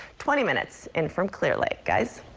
twenty minutes in from clear lake. guys?